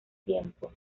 tiempo